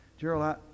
Gerald